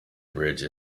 bridge